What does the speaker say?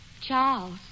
Charles